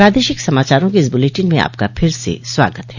प्रादेशिक समाचारों के इस बुलेटिन में आपका फिर से स्वागत है